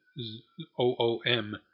z-o-o-m